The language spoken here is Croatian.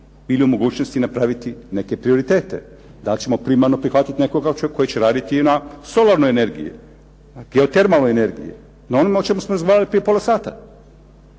bili u mogućnosti bili napraviti neke prioritete? Da li ćemo primarno prihvatiti nekoga tko će raditi na solarnoj energiji, biotermalnoj energiji, na onome o čemu smo razgovarali prije pola sata?